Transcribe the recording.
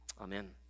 Amen